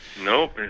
Nope